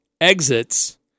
exits